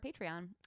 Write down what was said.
Patreon